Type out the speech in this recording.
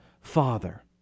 Father